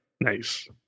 nice